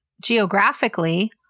geographically